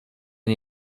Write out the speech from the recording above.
nie